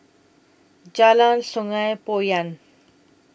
Jalan Sungei Poyan